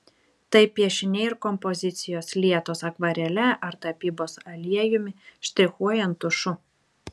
tai piešiniai ir kompozicijos lietos akvarele ar tapybos aliejumi štrichuojant tušu